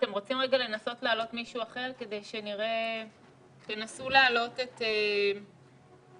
אנחנו ננסה נציג אחר רק כדי להבין איפה הבעיה.